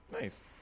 nice